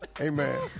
Amen